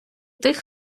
тих